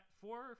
four